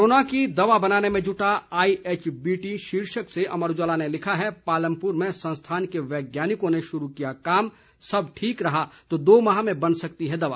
corona की दवा बनाने में जुटा आईएचबीटी शीर्षक से अमर उजाला ने लिखा है पालमपुर में संस्थान के वैज्ञानिकों ने शुरू किया काम सब ठीक रहा तो दो माह में बन सकती है दवा